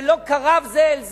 שלא קרב זה אל זה.